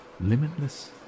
limitless